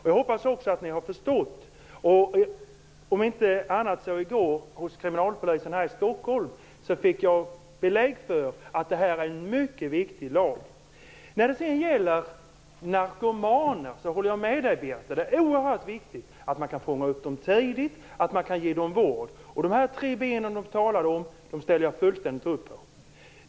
Hos kriminalpolisen i Stockholm i går fick jag belägg för att det här är en mycket viktig lag. När det sedan gäller narkomaner håller jag med Birthe Sörestedt om att det är oerhört viktigt att man kan fånga upp dem tidigt och att man kan ge dem vård. De tre ben som Birthe Sörestedt talade om ställer jag fullständigt upp på.